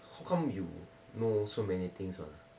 how come you know so many things [one] ah